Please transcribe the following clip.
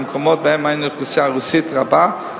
במקומות שבהם אין אוכלוסייה רוסית רבה,